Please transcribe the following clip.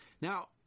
Now